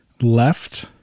left